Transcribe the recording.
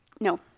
No